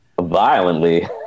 violently